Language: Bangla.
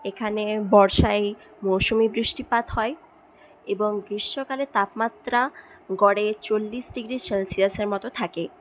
এখানে বর্ষায় মৌসুমি বৃষ্টিপাত হয় এবং গ্রীষ্মকালে তাপমাত্রা গড়ে চল্লিশ ডিগ্রি সেলসিয়াসের মতো থাকে